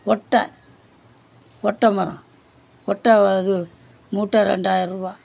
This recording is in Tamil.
ஒட்ட ஒட்ட மரம் ஒட்ட அது மூட்டை ரெண்டாயருபா